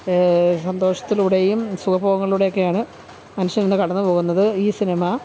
സന്തോഷത്തിലൂടെയും സുഖഭോഗങ്ങളിലൂടെയൊക്കെയാണ് മനുഷ്യൻ ഇന്ന് കടന്നു പോകുന്നത് ഈ സിനിമ